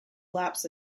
laps